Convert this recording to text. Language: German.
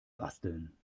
basteln